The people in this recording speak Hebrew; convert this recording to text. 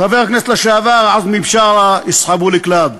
חבר הכנסת לשעבר עזמי בשארה, "יסחבו לכלאב".